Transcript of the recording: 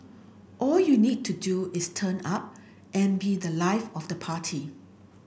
all you need to do is turn up and be the life of the party